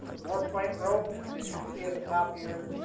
more plant growth. and as you can see at the top here,